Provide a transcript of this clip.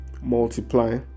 multiply